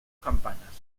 campanas